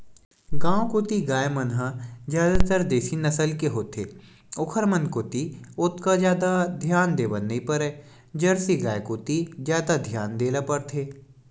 गांव कोती गाय मन ह जादातर देसी नसल के होथे ओखर मन कोती ओतका जादा धियान देय बर नइ परय जरसी गाय कोती जादा धियान देय ल परथे